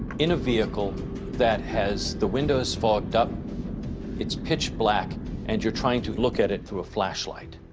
in a vehicle that has the windows fogged, up it's pitch black and you're trying to look at it through a flashlight.